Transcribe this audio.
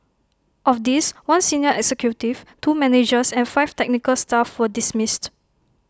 of these one senior executive two managers and five technical staff were dismissed